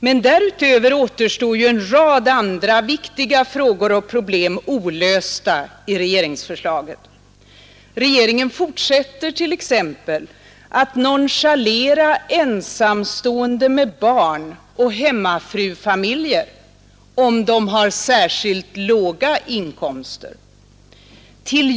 Men därutöver återstår ju en rad andra viktiga frågor och problem olösta med regeringsförslaget. Regeringen fortsätter t.ex. att nonchalera ensamstående med barn och hemmafrufamiljer, om de har särskilt låga inkomster.